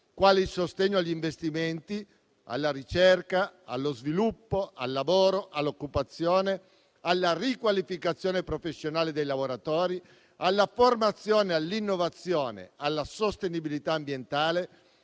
quali il sostegno agli investimenti, alla ricerca, allo sviluppo, al lavoro, all'occupazione, alla riqualificazione professionale dei lavoratori, alla formazione, all'innovazione, alla sostenibilità ambientale,